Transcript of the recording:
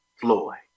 Floyd